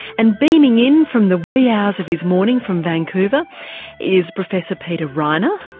and beaming in from the wee hours of his morning from vancouver is professor peter reiner,